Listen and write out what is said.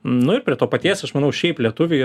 nu ir prie to paties aš manau šiaip lietuviai